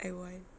I want